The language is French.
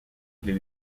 des